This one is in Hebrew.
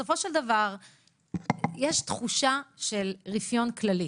ובסופו של דבר יש תחושה של רפיון כללי.